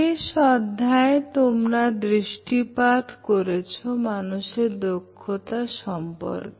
শেষ অধ্যায় তোমরা দৃষ্টিপাত করেছি মানুষের দক্ষতা সম্পর্কে